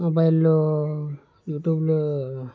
మొబైల్లో యూట్యూబ్లో